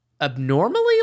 abnormally